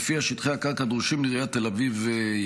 שלפיה שטחי הקרקע דרושים לעיריית תל אביב-יפו